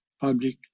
public